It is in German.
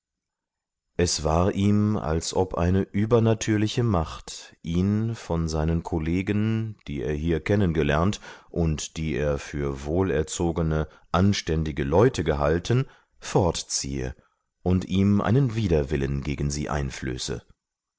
es war ihm als ob eine übernatürliche macht ihn von seinen kollegen die er hier kennengelernt und die er für wohlerzogene anständige leute gehalten fortziehe und ihm einen widerwillen gegen sie einflöße